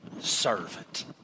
servant